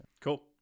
Cool